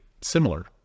similar